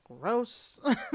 gross